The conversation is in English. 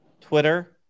Twitter